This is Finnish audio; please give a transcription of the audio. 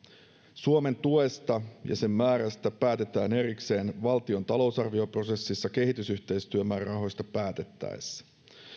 suomen tuesta ja sen määrästä päätetään erikseen valtion talousarvioprosessissa kehitysyhteistyömäärärahoista päätettäessä